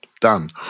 Done